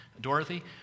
Dorothy